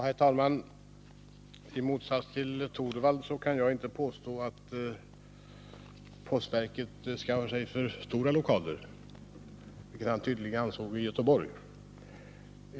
Herr talman! I motsats till Rune Torwald kan jag inte påstå att postverket skaffar sig för stora lokaler, vilket han tydligen ansåg var fallet i Göteborg.